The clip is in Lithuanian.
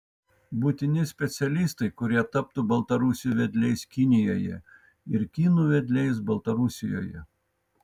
būtini specialistai kurie taptų baltarusių vedliais kinijoje ir kinų vedliais baltarusijoje